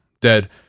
dead